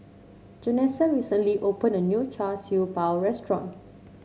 Janessa recently opened a new Char Siew Bao restaurant